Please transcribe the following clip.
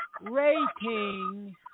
rating